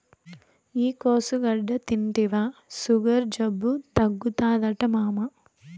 ఈ కోసుగడ్డ తింటివా సుగర్ జబ్బు తగ్గుతాదట మామా